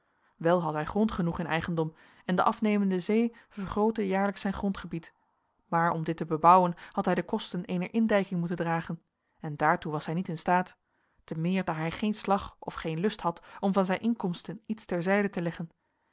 wel had hij grond genoeg in eigendom en de afnemende zee vergrootte jaarlijks zijn grondgebied maar om dit te bebouwen had hij de kosten eener indijking moeten dragen en daartoe was hij niet in staat te meer daar hij geen slag of geen lust had om van zijn inkomsten iets ter zijde te leggen